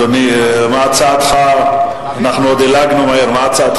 נתוני הבגרות שהתפרסמו ומתפרסמים בשנים האחרונות,